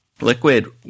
Liquid